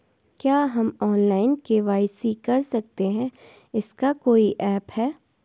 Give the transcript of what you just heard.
क्या हम online KYC कर सकते हैं इसका कोई ऐप है?